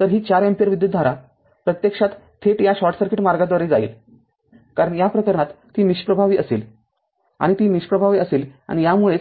तर ही ४ अँपिअर विद्युतधारा प्रत्यक्षात थेट या शॉर्ट सर्किट मार्गाद्वारे जाईल कारण या प्रकरणात ती निष्प्रभावी असेल आणि यामध्ये